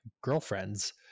girlfriends